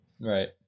Right